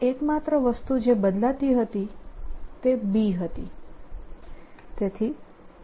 એકમાત્ર વસ્તુ જે બદલાતી હતી તે B હતી